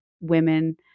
women